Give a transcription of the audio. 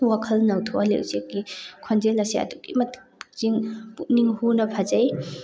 ꯋꯥꯈꯜ ꯅꯧꯊꯣꯛꯍꯜꯂꯤ ꯎꯆꯦꯛꯀꯤ ꯈꯣꯟꯖꯦꯜ ꯑꯁꯤ ꯑꯗꯨꯛꯀꯤ ꯃꯇꯤꯛ ꯆꯤꯡ ꯄꯨꯛꯅꯤꯡ ꯍꯨꯅ ꯐꯖꯩ